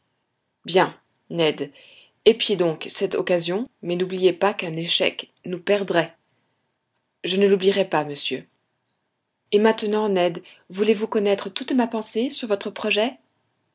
bien ned épiez donc cette occasion mais n'oubliez pas qu'un échec nous perdrait je ne l'oublierai pas monsieur et maintenant ned voulez-vous connaître toute ma pensée sur votre projet